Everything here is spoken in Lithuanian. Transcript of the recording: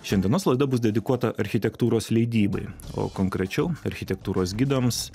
šiandienos laida bus dedikuota architektūros leidybai o konkrečiau architektūros gidams